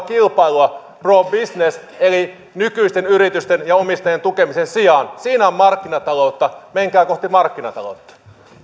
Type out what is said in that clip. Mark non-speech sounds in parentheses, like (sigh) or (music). (unintelligible) kilpailua pro business linjan eli nykyisten yritysten ja omistajien tukemisen sijaan siinä on markkinataloutta menkää kohti markkinataloutta